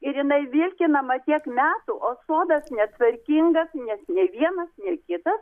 ir jinai vilkinama tiek metų o sodas netvarkingas nes nei vienas nei kitas